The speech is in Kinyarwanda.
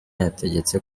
yategetse